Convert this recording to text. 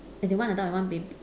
as in one adult and one baby